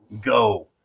go